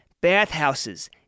bathhouses